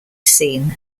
seen